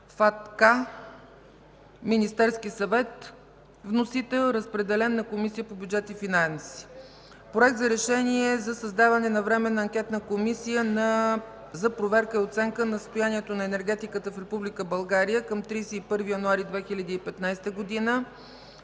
е Министерският съвет. Разпределен е на Комисията по бюджет и финанси. Проект за решение за създаване на Временна анкетна комисия за проверка и оценка на състоянието на енергетиката в Република България към 31 януари 2015 г.